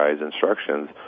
instructions